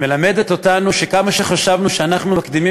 מלמדת אותנו שכמה שחשבנו שאנחנו מקדימים